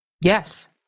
Yes